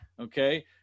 Okay